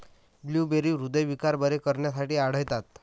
blueberry हृदयविकार बरे करण्यासाठी आढळतात